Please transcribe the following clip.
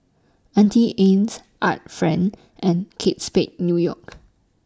Auntie Anne's Art Friend and Kate Spade New York